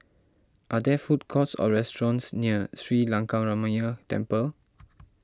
are there food courts or restaurants near Sri Lankaramaya Temple